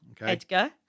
Edgar